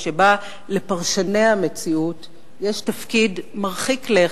שבה לפרשני המציאות יש תפקיד מרחיק לכת,